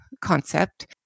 concept